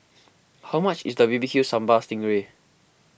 how much is the B B Q Sambal Sting Ray